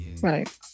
Right